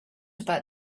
about